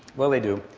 well, they do,